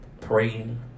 praying